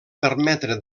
permetre